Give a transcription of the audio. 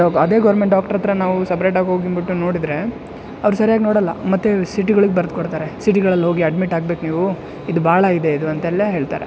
ಅದೇ government doctor ಹತ್ರ ನಾವು ಸಪ್ರೇಟಾಗಿ ಹೋಗಿಬಂದ್ಬಿಟ್ಟು ನೋಡಿದರೆ ಅವರು ಸರಿಯಾಗಿ ನೋಡೋಲ್ಲ ಮತ್ತೆ ಸಿಟಿಗಳಿಗೆ ಬರ್ದು ಕೊಡ್ತಾರೆ ಸಿಟಿಗಳಲ್ಲಿ ಹೋಗಿ ಅಡ್ಮಿಟ್ ಆಗ್ಬೇಕು ನೀವು ಇದು ಭಾಳ ಇದೆ ಇದು ಅಂತೆಲ್ಲ ಹೇಳ್ತಾರೆ